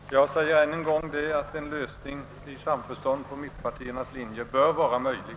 Jag säger än en gång att en lösning i samförstånd enligt mittenpartiernas linje bör vara rimlig.